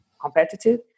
competitive